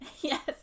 Yes